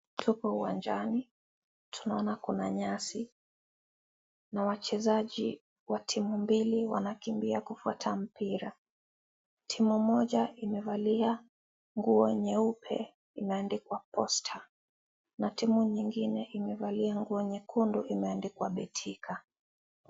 Michezo uwanjani. Tunaona kuna nyasi na wachezaji wa timu mbili wanakimbia kufuata mpira. Timu moja imevalia nguo nyeupe imeandikwa posta na timu nyingine imevalia nguo nyekundu imeandikwa betika.